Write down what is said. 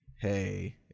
hey